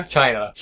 China